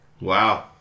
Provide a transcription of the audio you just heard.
Wow